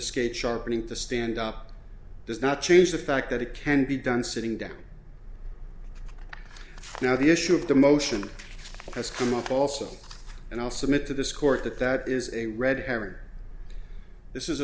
skate sharpening to stand up does not change the fact that it can be done sitting down now the issue of the motion has come up also and i'll submit to this court that that is a red herring this is a